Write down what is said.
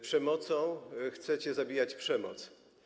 Przemocą chcecie zabijać przemoc.